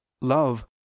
love